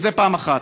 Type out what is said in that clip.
זה, פעם אחת.